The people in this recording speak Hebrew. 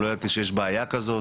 לא ידעתי שיש בעיה כזו.